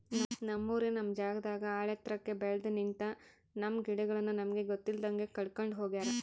ನಮ್ಮೂರಿನ ನಮ್ ಜಾಗದಾಗ ಆಳೆತ್ರಕ್ಕೆ ಬೆಲ್ದು ನಿಂತ, ನಮ್ಮ ಗಿಡಗಳನ್ನು ನಮಗೆ ಗೊತ್ತಿಲ್ದಂಗೆ ಕಡ್ಕೊಂಡ್ ಹೋಗ್ಯಾರ